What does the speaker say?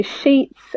sheets